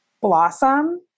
blossom